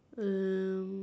um